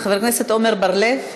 חבר הכנסת עמר בר-לב,